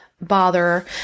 bother